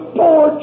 poor